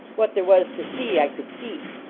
what there was to see, i could see.